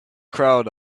crowd